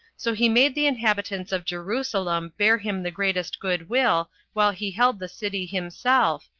so he made the inhabitants of jerusalem bear him the greatest good-will while he held the city himself,